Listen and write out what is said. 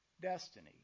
Destiny